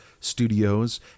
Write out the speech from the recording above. studios